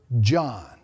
John